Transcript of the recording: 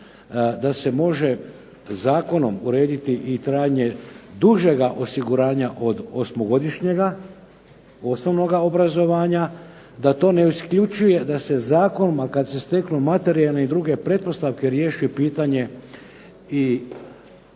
da se može zakonom urediti i trajanje dužega osiguranja od osmogodišnjega osnovnoga obrazovanja, da to ne isključuje da se zakonima, kad se steknu materijalne i druge pretpostavke riješi pitanje i